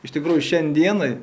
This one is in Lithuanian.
iš tikrųjų šiandienai